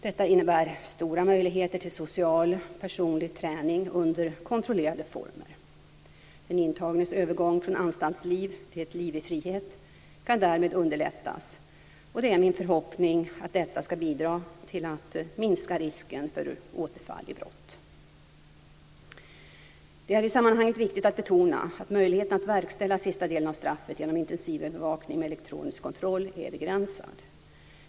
Detta innebär stora möjligheter till social och personlig träning under kontrollerade former. Den intagnes övergång från anstaltsliv till ett liv i frihet kan därmed underlättas, och det är min förhoppning att detta ska bidra till att minska risken för återfall i brott. Det är i sammanhanget viktigt att betona att möjligheten att verkställa sista delen av straffet genom intensivövervakning med elektronisk kontroll är begränsad.